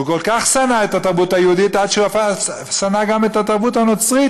הוא כל כך שנא את התרבות היהודית עד שהוא שנא גם את התרבות הנוצרית,